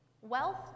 Wealth